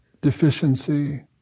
deficiency